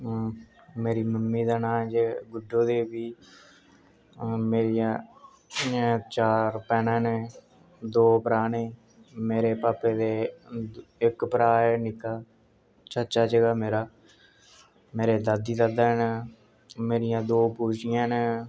master गालियां गूलियां दिदें हे पढ़ांदे हे मार कुटदे हे अगर पढ़दा नीं हा कुटदे हे द्रंड पौंदी ही डाह्डी पैह्ले कुड़ियां ते मुड़े अस किट्ठे पढ़दे हे अस कुडियें दे बैगा टिफिन कड्डियै रुट्टी खाई लैंदे हे असेंगी मास्टर कोला सोट्टी चलदी ही कुड़ियां मास्टरै गी सनांदियां हियां साढे कन्नै पंगा करी गे मुड़े साढ़ी रुट्टी खाई गे असें गी मार कुट्ट पेई जंदी ही